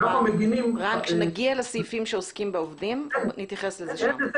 כשנגיע לסעיפים שעוסקים בעובדים, נדבר.